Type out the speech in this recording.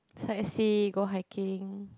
sightsee go hiking